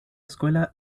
escuela